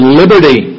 liberty